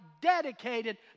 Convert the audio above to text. dedicated